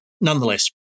Nonetheless